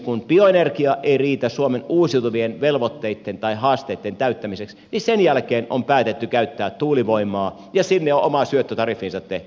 kun bioenergia ei riitä suomen uusiutuvien velvoitteitten tai haasteitten täyttämiseksi niin sen jälkeen on päätetty käyttää tuulivoimaa ja sinne on oma syöttötariffinsa tehty